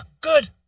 good